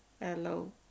hello